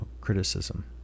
criticism